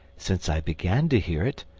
since i began to hear it,